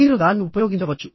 మీరు దాన్ని ఉపయోగించవచ్చు